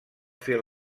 fer